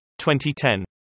2010